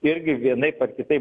irgi vienaip ar kitaip